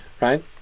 right